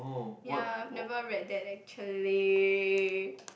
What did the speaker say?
yea never read that actually